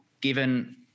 given